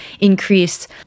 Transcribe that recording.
increase